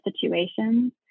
situations